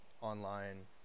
online